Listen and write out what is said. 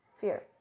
Fear